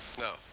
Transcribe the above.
No